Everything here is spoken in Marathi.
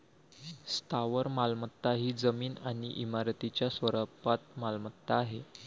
स्थावर मालमत्ता ही जमीन आणि इमारतींच्या स्वरूपात मालमत्ता आहे